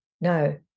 no